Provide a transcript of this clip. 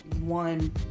one